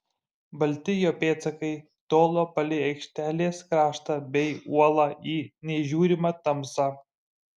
balti jo pėdsakai tolo palei aikštelės kraštą bei uolą į neįžiūrimą tamsą